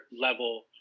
level